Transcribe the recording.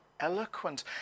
Eloquent